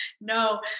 No